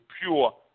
pure